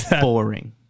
Boring